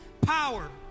power